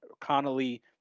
Connolly